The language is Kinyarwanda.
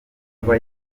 nova